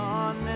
on